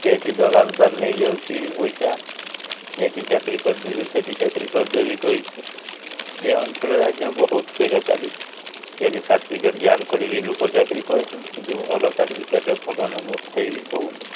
କେହିଠି ଦଲାଲ୍ ତା'ର୍ ନେଇଯାଉଛି ପଇସା ଏଠି ଚାକିରି କରିଦେବି ସେଠି ଚାକିରି କରିଦେବି କହିକି ଏ ଅଞ୍ଚଳରେ ଆଜ୍ଞା ବହୁତ ସେଗା ଚାଲିଛି କେହି ସାର୍ଟିଫିକେଟ୍ ଜାଲ୍ କରିବି ଲୋକ ଚାକିରି କରୁଛନ୍ତି କିନ୍ତୁ ଭଲ ସାର୍ଟିଫିକେଟ୍ରେ ଭଲ ନମ୍ବର୍ ଥାଇ ବି ହେଉନି